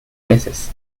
meses